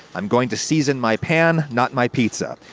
i'm going to season my pan, not my pizza.